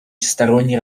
всесторонне